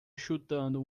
chutando